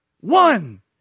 one